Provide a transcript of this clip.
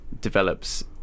develops